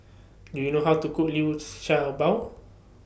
Do YOU know How to Cook Liu Sha Bao